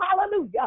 Hallelujah